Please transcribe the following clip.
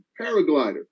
paraglider